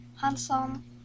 handsome